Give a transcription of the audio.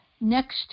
next